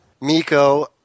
Miko